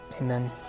amen